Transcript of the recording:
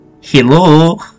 Hello